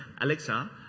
Alexa